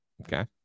Okay